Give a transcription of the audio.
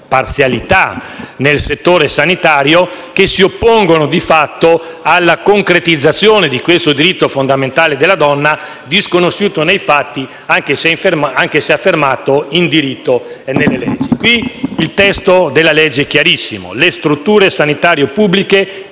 parzialità nel settore sanitario che si oppongono, di fatto, alla concretizzazione di questo diritto fondamentale della donna, disconosciuto nei fatti anche se affermato in diritto e nelle leggi. Qui il testo della legge è chiarissimo: le strutture sanitarie pubbliche